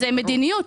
זה מדיניות.